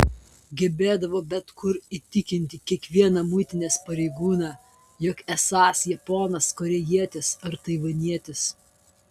gebėdavo bet kur įtikinti kiekvieną muitinės pareigūną jog esąs japonas korėjietis ar taivanietis